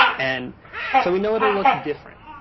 and so we know it will look different.